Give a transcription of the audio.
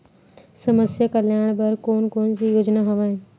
समस्या कल्याण बर कोन कोन से योजना हवय?